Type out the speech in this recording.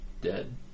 dead